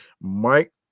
Mike